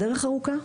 הדרך ארוכה,